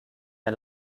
der